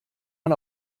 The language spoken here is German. man